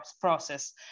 process